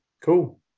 cool